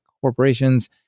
corporations